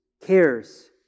cares